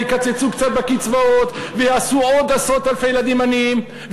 ויקצצו קצת בקצבאות ויעשו עוד עשרות אלפי ילדים עניים,